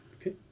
Okay